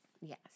yes